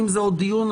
אם צריך עוד דיון,